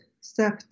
step